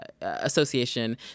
association